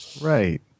Right